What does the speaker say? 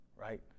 right